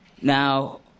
Now